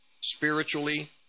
spiritually